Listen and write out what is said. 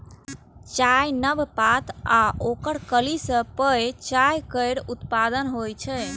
चायक नव पात आ ओकर कली सं पेय चाय केर उत्पादन होइ छै